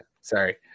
Sorry